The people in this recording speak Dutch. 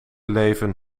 leven